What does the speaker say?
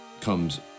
comes